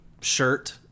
shirt